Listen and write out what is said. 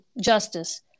justice